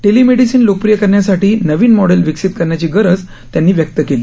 telemedicine लोकप्रिय करण्यासाठी नवीन मॉडेल विकसित करण्याची गरज त्यांनी व्यक्त केली